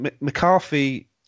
McCarthy